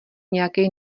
nějakej